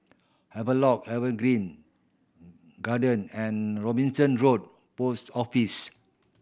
Havelock Evergreen Garden and Robinson Road Post Office